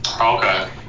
Okay